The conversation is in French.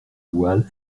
voiles